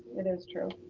it is true.